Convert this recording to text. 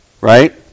Right